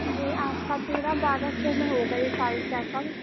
جی آپ کا پورا بارہ سو میں ہوگا یہ سارے چیک اپ